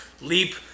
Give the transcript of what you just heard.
leap